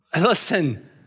Listen